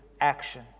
action